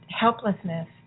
helplessness